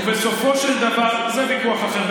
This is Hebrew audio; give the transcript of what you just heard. זה ויכוח אחר.